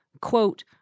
quote